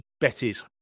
Betty's